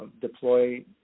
deploy